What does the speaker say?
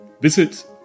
visit